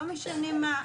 לא משנה מה,